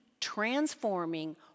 transforming